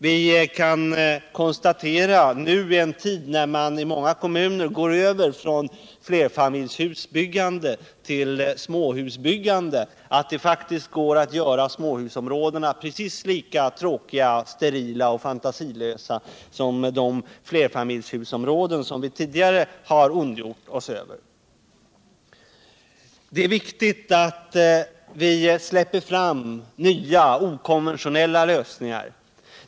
Vi kan konstatera, i en tid när man i många kommuner nu går över från flerfamiljshusbyggande till småhusbyggande, att det faktiskt går att göra småhusområdena precis lika tråkiga, sterila och fantasilösa som de flerfamiljshusområden som vi tidigare har ondgjort oss över. Det är viktigt att vi släpper fram nya, okonventionella lösningar.